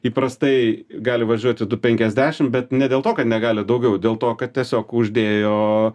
įprastai gali važiuoti du penkiasdešim bet ne dėl to kad negali daugiau dėl to kad tiesiog uždėjo